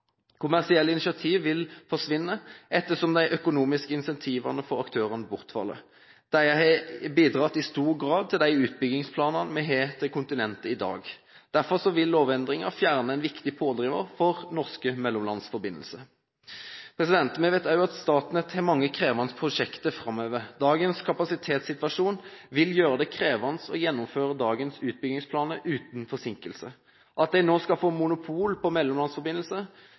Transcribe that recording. Kommersielle initiativer vil forsvinne ettersom de økonomiske insentivene for aktørene bortfaller. De har bidratt i stor grad til de utbyggingsplanene til kontinentet vi har i dag. Derfor vil lovendringen fjerne en viktig pådriver for norske mellomlandsforbindelser. Vi vet også at Statnett har mange krevende prosjekter framover. Dagens kapasitetssituasjon vil gjøre det krevende å gjennomføre dagens utbyggingsplaner uten forsinkelser. Det at de nå skal få monopol på mellomlandsforbindelser,